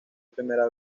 primera